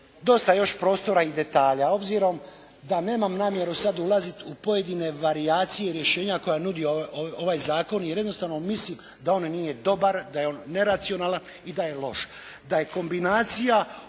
dosta još prostora i detalja. Obzirom da nemam namjeru sad ulaziti u pojedine varijacije i rješenja koja nudi ovaj Zakon jer jednostavno mislim da on nije dobar, da je on neracionalan i da je loš, da je kombinacija